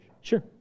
Sure